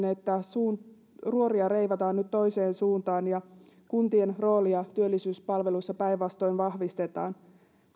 että tässä ruoria reivataan nyt toiseen suuntaan ja kuntien roolia työllisyyspalveluissa päinvastoin vahvistetaan